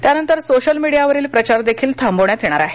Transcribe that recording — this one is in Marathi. त्यानंतर सोशल मीडिया वरील प्रचार देखील थांबवण्यात येणार आहे